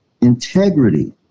Integrity